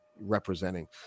representing